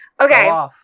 Okay